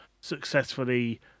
successfully